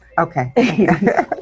Okay